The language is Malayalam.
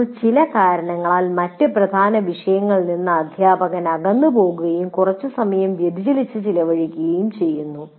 ചിലപ്പോൾ ചില കാരണങ്ങളാൽ മറ്റ് പ്രധാന വിഷയങ്ങളിൽ നിന്ന് അധ്യാപകർ അകന്നുപോകുകയും കുറച്ച് സമയം വ്യതിചലിച്ച് ചിലവഴിക്കുകയും ചെയ്യുന്നു